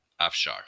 Afshar